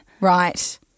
Right